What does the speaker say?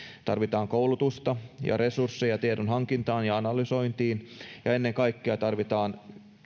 tarvitaan koulutusta ja resursseja tiedon hankintaan ja analysointiin ja ennen kaikkea tarvitaan